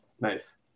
Nice